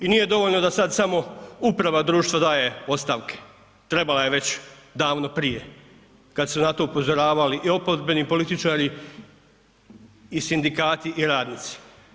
I nije dovoljno da sada samo da uprava društva daje ostavke, trebala je već davno prije kada su na to upozoravali i oporbeni političari i sindikati i radnici.